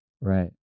Right